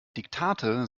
diktate